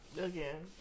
Again